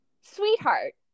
sweetheart